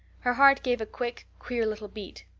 her heart gave a quick, queer little beat.